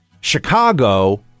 Chicago